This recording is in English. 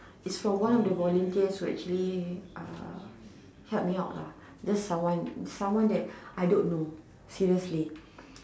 it's for one of the volunteers who actually uh help me out lah just someone someone that I don't know seriously